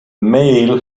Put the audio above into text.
male